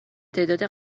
تعداد